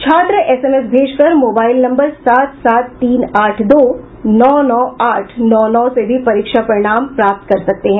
छात्र एसएमएस भेजकर mobile number सात सात तीन आठ दो नौ नौ आठ नौ से भी परीक्षा परिणाम भी प्राप्त कर सकते हैं